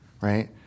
right